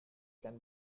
can